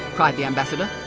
cried the ambassador.